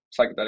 psychedelic